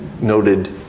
noted